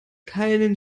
keinen